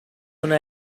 una